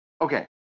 Okay